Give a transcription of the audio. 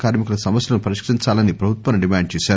కార్మికుల సమస్యలను పరిష్కరించాలని ప్రభుత్వాన్ని డిమాండ్ చేశారు